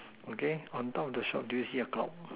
okay on top of the shop do you see a clock